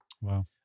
Wow